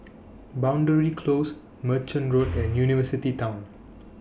Boundary Close Merchant Road and University Town